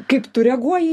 kaip tu reaguoji